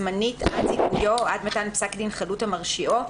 זמנית עד זיכויו או עד מתן פסק דין חלוט המרשיעו,